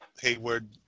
Hayward